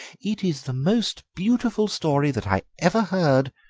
it is the most beautiful story that i ever heard,